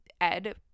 Ed